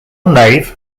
nave